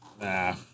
Nah